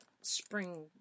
spring